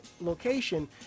location